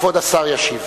כבוד השר ישיב.